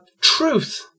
truth